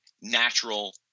natural